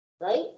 right